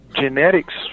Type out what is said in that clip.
genetics